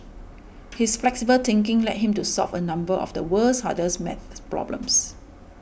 his flexible thinking led him to solve a number of the world's hardest maths problems